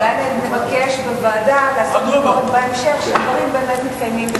אולי נבקש בוועדה לעשות ביקורת בהמשך כדי לוודא שדברים באמת מתקיימים.